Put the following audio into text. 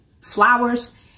flowers